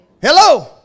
Hello